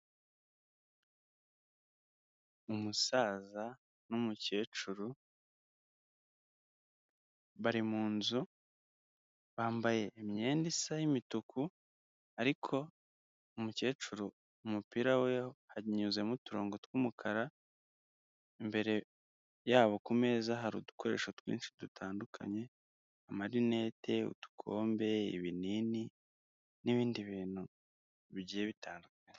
Umusaza n'umukecuru bari mu nzu bambaye imyenda isa y'imituku, ariko umukecuru umupira we hanyuzemo uturongo tw'umukara, imbere yabo ku meza hari udukoresho twinshi dutandukanye, amarinete udukombe, ibinini n'ibindi bintu bigiye bitandukanye.